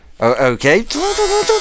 Okay